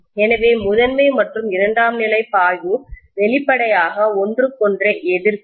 எனவே முதன்மை மற்றும் இரண்டாம் நிலை பாய்வு வெளிப்படையாக ஒன்றுக்கொன்றை எதிர்க்கும்